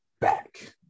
back